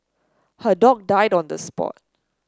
her dog died on the spot